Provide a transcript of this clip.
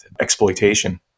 exploitation